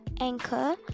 Anchor